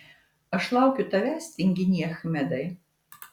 aš laukiu tavęs tinginy achmedai